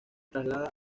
trasladada